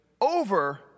over